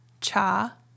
cha